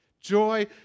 Joy